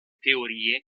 teorie